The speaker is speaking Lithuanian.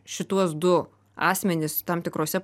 šituos du asmenis tam tikrose